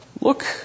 Look